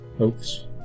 oops